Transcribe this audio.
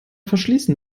verschließen